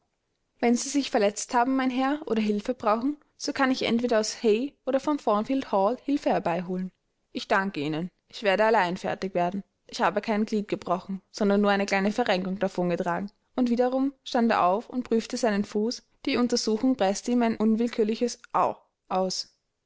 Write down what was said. wenn sie sich verletzt haben mein herr oder hilfe brauchen so kann ich entweder aus hay oder von thornfield hall hilfe herbeiholen ich danke ihnen ich werde allein fertig werden ich habe kein glied gebrochen sondern nur eine kleine verrenkung davongetragen und wiederum stand er auf und prüfte seinen fuß die untersuchung preßte ihm aber ein unwillkürliches au aus